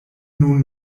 nun